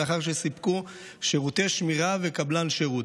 לאחר שסיפקו שירותי שמירה וקבלן שירות